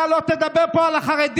אתה לא תדבר פה על החרדים.